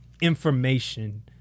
information